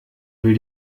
will